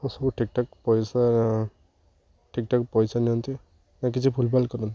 ଓ ସବୁ ଠିକ୍ ଠାକ୍ ପଇସା ଠିକ୍ ଠାକ୍ ପଇସା ନିଅନ୍ତି ନା କିଛି ଭୁଲ ଭାଲ କରନ୍ତି